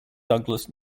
douglas